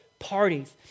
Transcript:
parties